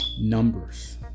numbers